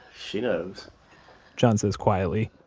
she knows john says quietly.